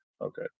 Okay